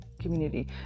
community